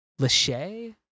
Lachey